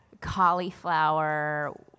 cauliflower